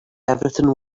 everything